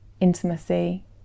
intimacy